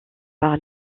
par